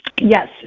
Yes